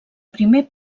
primer